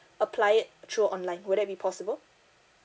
apply it through online would that be possible